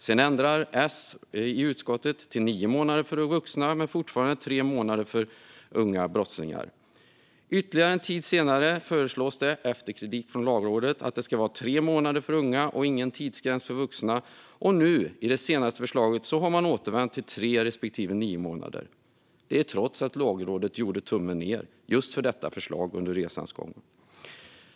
Sedan ändrade S i utskottet till nio månader för vuxna men föreslog fortfarande tre månader för unga brottslingar. Ytterligare en tid senare föreslogs, efter kritik från Lagrådet, att det skulle vara tre månader för unga och ingen tidsgräns för vuxna. I det senaste förslaget har man nu återvänt till tre respektive nio månader, trots att Lagrådet gjort tummen ned för just detta förslag under resans gång.